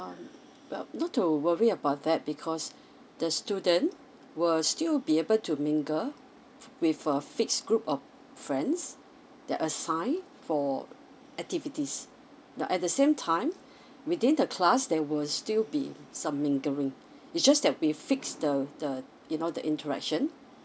um well not to worry about that because the student will still be able to mingle with a fixed group of friends that assign for activities now at the same time within the class there will still be some mingling it's just that we fixed the the you know the interaction